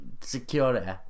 security